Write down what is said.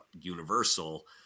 Universal